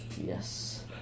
Yes